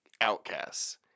outcasts